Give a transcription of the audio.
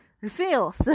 reveals